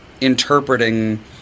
interpreting